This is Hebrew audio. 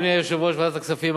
אדוני יושב-ראש ועדת הכספים,